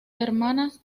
hermanas